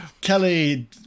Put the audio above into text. kelly